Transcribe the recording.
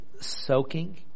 soaking